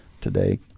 today